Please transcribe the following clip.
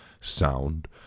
sound